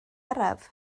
araf